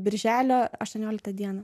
birželio aštuonioliktą dieną